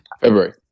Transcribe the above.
February